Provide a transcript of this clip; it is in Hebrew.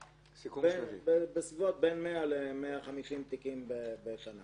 בין 100 ל-150 תיקים בשנה